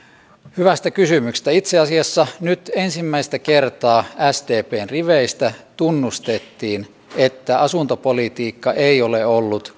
hyvästä kysymyksestä itse asiassa nyt ensimmäistä kertaa sdpn riveistä tunnustettiin että asuntopolitiikka ei ole ollut